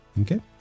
Okay